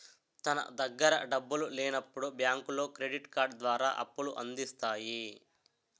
తన దగ్గర డబ్బులు లేనప్పుడు బ్యాంకులో క్రెడిట్ కార్డు ద్వారా అప్పుల అందిస్తాయి